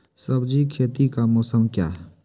सब्जी खेती का मौसम क्या हैं?